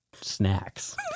snacks